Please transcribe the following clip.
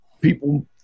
people